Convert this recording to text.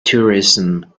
tourism